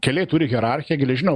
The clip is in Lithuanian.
keliai turi hierarchiją geležinio